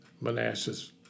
Manassas